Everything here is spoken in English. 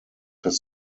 his